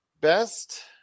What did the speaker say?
best